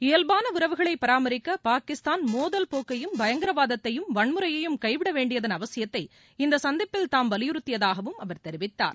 இயவ்பான உறவுகளை பராமரிக்க பாகிஸ்தான் மோதல்போக்கையும் பயங்கரவாதத்தையும் வன்முறையையும் கைவிட வேண்டியதன் அவசியத்தை இந்த சந்திப்பில் தாம் வலியுறத்தியதாகவும் அவர் தெரிவித்தார்